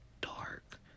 dark